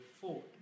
forward